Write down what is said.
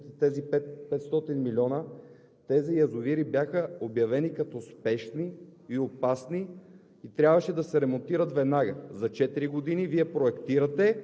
че преди четири години, когато беше предприета тази мярка и бяха отпуснати тези 500 милиона, тези язовири бяха обявени като спешни, опасни